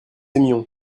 aimions